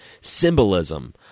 symbolism